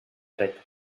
dret